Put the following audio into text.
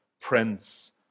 Prince